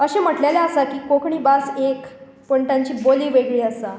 अशें म्हटलेलें आसा की कोंकणी भास एक पूण तांची बोली वेगळी आसा